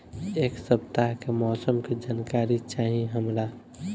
एक सपताह के मौसम के जनाकरी चाही हमरा